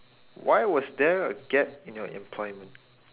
why was there a gap in your employment